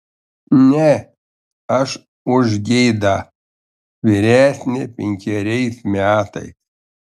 ne aš už geidą vyresnė penkeriais metais